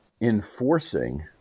enforcing